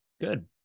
Good